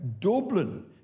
Dublin